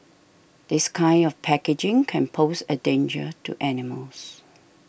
this kind of packaging can pose a danger to animals